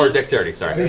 or dexterity, sorry.